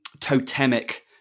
totemic